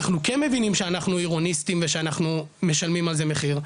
אנחנו כן מבינים שאנחנו עירוניסטים ושאנחנו משלמים על זה מחיר.